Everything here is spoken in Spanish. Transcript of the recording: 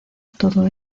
todo